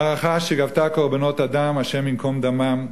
מערכה שגבתה קורבנות אדם, ה' ינקום דמם,